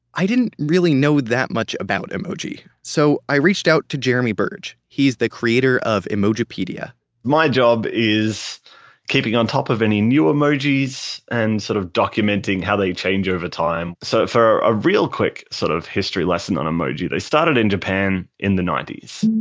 i didn't really know that much about emoji, so i reached out to jeremy burge, he's the creator of emojipedia my job is keeping on top of any new emojis and sort of documenting how they change over time. so for a real quick sort of history lesson on emoji, they started in japan in the nineties